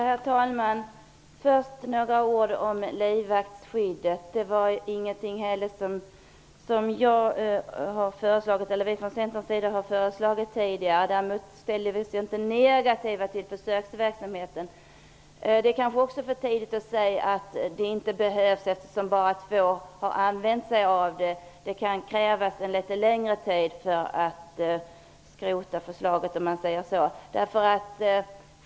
Herr talman! Först några ord om livvaktsskyddet. Det har vi från Centern inte föreslagit tidigare, men vi ställer oss inte negativa till försöksverksamheten. Det kanske är för tidigt att säga att det inte behövs därför att bara två har använt sig av det. Det kan krävas en litet längre tid innan man skrotar förslaget.